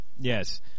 Yes